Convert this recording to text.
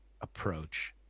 approach